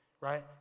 right